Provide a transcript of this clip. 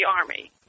army